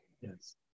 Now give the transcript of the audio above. yes